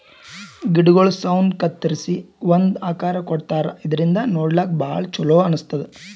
ಗಿಡಗೊಳ್ ಸೌನ್ ಕತ್ತರಿಸಿ ಒಂದ್ ಆಕಾರ್ ಕೊಡ್ತಾರಾ ಇದರಿಂದ ನೋಡ್ಲಾಕ್ಕ್ ಭಾಳ್ ಛಲೋ ಅನಸ್ತದ್